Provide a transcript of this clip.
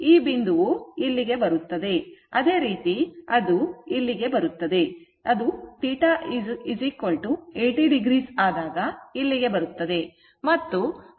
ಈ ಬಿಂದುವು ಇಲ್ಲಿಗೆ ಬರುತ್ತದೆ ಅದೇ ರೀತಿ ಅದು ಇಲ್ಲಿಗೆ ಬರುತ್ತದೆ ಅದು θ 80o ಆದಾಗ ಇಲ್ಲಿಗೆ ಬರುತ್ತದೆ ಮತ್ತು ಅಂತಿಮವಾಗಿ θ 0 ಆಗಿದೆ